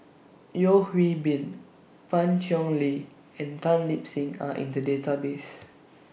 Yeo Hwee Bin Pan Cheng Lui and Tan Lip Seng Are in The Database